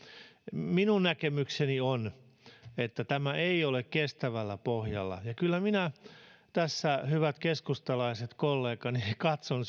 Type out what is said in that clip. minun näkemykseni on että tämä ei ole kestävällä pohjalla ja kyllä minä tässä hyvät keskustalaiset kollegani katson